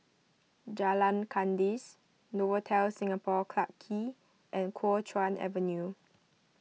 Jalan Kandis Novotel Singapore Clarke Quay and Kuo Chuan Avenue